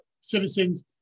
citizens